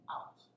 out